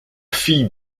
fille